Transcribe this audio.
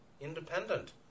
independent